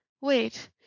Wait